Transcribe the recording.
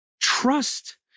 trust